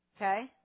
Okay